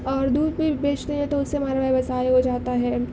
اور دودھ بھی بیچتے ہیں تو اس سے ہمارا ویوسائے ہو جاتا ہے